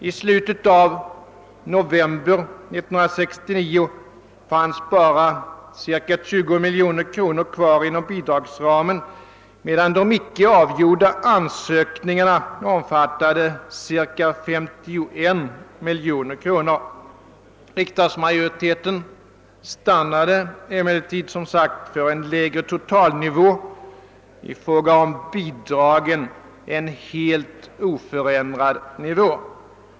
I slutet av november 1969 fanns bara cirka 20 miljoner kronor kvar inom bidragsramen, medan de icke avgjorda ansökningarna uppgick till cirka 51 miljoner kronor. Riksdagsmajoriteten stannade emellertid som sagt för en lägre totalnivå, i fråga om bidragen en helt oförändrad nivå.